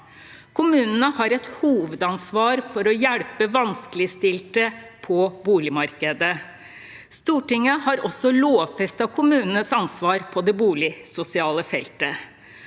Kommunene har et hovedansvar for å hjelpe vanskeligstilte på boligmarkedet. Stortinget har også lovfestet kommunenes ansvar på det boligsosiale feltet.